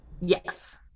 Yes